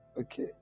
Okay